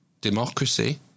democracy